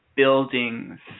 Buildings